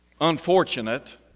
unfortunate